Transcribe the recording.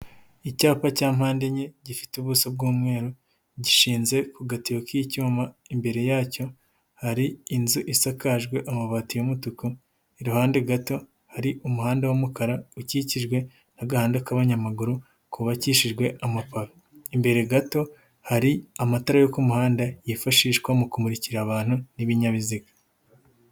Icyapa cya mpande enye, gifite ubuso bw'umweru, gishinze ku gatiyo k'icyuma, imbere yacyo hari inzu isakajwe amabati y'umutuku, iruhande gato hari umuhanda w'umukara ukikijwe n'agahanda k'abanyamaguru kubabakishijwe amapave . Imbere gato hari amatara yo k'umuhanda yifashishwa mu kumurikira abantu n'ibinyabiziga.